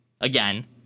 again